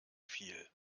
viel